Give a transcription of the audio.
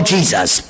Jesus